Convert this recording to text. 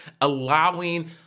allowing